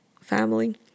family